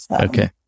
Okay